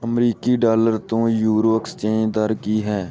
ਅਮਰੀਕੀ ਡਾਲਰ ਤੋਂ euro exchange ਦਰ ਕੀ ਹੈ